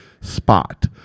spot